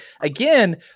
again